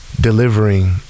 delivering